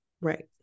Right